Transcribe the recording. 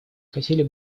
хотели